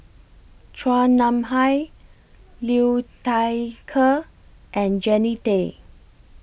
Chua Nam Hai Liu Thai Ker and Jannie Tay